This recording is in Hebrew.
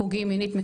פוגעים מינית,